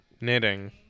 Knitting